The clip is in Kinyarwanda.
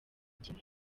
ikindi